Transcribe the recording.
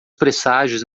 presságios